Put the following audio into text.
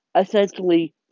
essentially